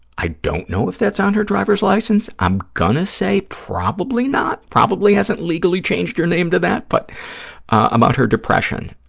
i don't know if that's on her driver's license. i'm going to say probably not, probably hasn't legally changed her name to that, but about her depression,